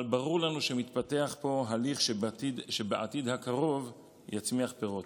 ברור לנו שמתפתח פה תהליך שבעתיד הקרוב יצמיח פירות.